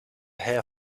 hair